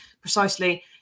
precisely